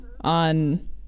on